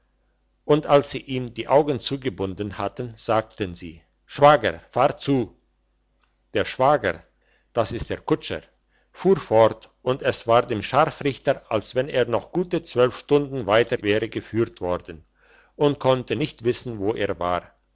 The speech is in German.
und als sie ihm die augen zugebunden hatten sagten sie schwager fahr zu der schwager das ist der kutscher fuhr fort und es war dem scharfrichter als wenn er noch gute zwölf stunden weiter wäre geführt worden und konnte nicht wissen wo er war